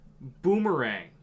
Boomerang